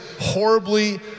horribly